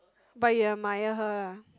but you admire her ah